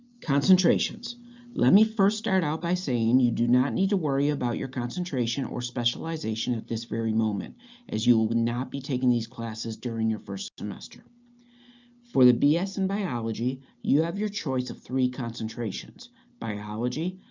concentrations let me first start out by saying you do not need to worry about your concentration or specialization at this very moment as you will not be taking these classes during your first semester for the b s. in biology you have your choice of three concentrations biology,